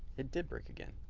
it did break again.